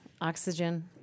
Oxygen